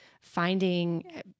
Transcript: finding